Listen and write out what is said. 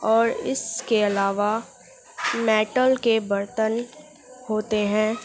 اور اس کے علاوہ میٹل کے برتن ہوتے ہیں